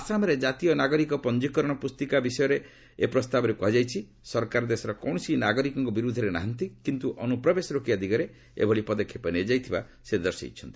ଆସାମରେ ଜାତୀୟ ନାଗରିକ ପଞ୍ଜୀକରଣ ପୁସ୍ତିକା ବିଷୟରେ ଏ ପ୍ରସ୍ତାବରେ କୁହାଯାଇଛି ସରକାର ଦେଶର କୌଣସି ନାଗରିକଙ୍କ ବିରୁଦ୍ଧରେ ନାହାନ୍ତି କିନ୍ତ୍ର ଅନ୍ତ୍ରପ୍ରବେଶ ରୋକିବା ଦିଗରେ ଏଭଳି ପଦକ୍ଷେପ ନିଆଯାଇଥିବା ସେ ଦର୍ଶାଇଛନ୍ତି